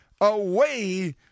away